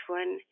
one